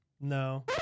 No